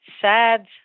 sad